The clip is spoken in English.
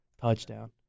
touchdown